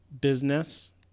business